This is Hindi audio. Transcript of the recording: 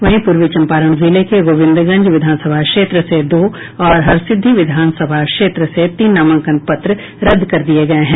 वहीं पूर्वी चम्पारण जिले के गोविंदगंज विधानसभा क्षेत्र से दो और हरसिद्वी विधानसभा क्षेत्र से तीन नामांकन पत्र रद्द कर दिये गये हैं